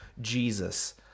Jesus